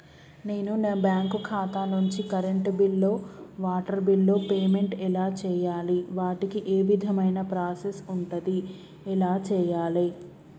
నేను నా బ్యాంకు ఖాతా నుంచి కరెంట్ బిల్లో వాటర్ బిల్లో పేమెంట్ ఎలా చేయాలి? వాటికి ఏ విధమైన ప్రాసెస్ ఉంటది? ఎలా చేయాలే?